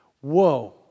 Whoa